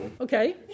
Okay